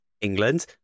England